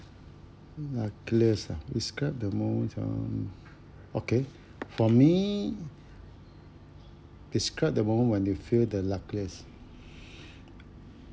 luckiest uh describe the most oo okay for me describe the moment when you feel the luckiest